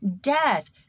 death